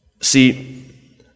See